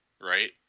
right